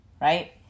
right